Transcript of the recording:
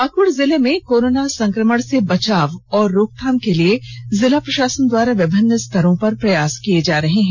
पाकुड़ जिले में कोरोना संकमण से बचाव और रोकथाम के लिए जिला प्रषासन द्वारा विभिन्न स्तरों पर प्रयास किये जा रहे हैं